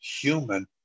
human